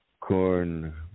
corn